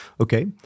Okay